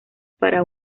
para